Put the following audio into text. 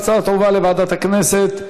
ההצעה תועבר לוועדת הכנסת,